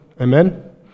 Amen